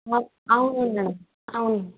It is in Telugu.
అవునవును మేడం అవును